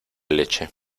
leche